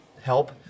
help